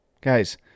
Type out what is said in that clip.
Guys